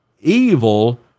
evil